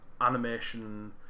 animation